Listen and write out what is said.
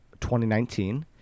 2019